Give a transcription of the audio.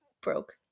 broke